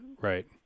right